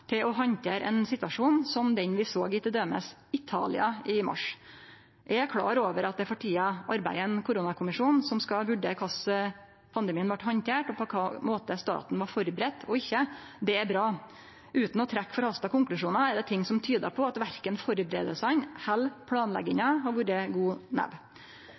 til å handtere ein situasjon som den vi såg i t.d. Italia i mars. Eg er klar over at det for tida arbeider ein koronakommisjon som skal vurdere korleis pandemien vart handtert, og på kva måte staten var førebudd og ikkje. Det er bra. Utan å trekkje forhasta konklusjonar er det ting som tyder på at verken førebuingane eller planlegginga har vore god